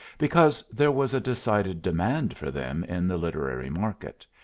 because there was a decided demand for them in the literary market,